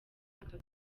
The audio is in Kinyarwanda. aka